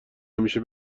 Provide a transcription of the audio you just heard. همیشه